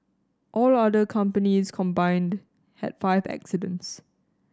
all other companies combined had five accidents